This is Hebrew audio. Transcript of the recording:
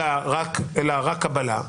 תהיי בעבירה,